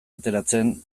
ateratzen